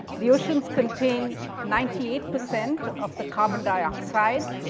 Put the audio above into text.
the oceans contain ninety eight percent of the carbon dioxide,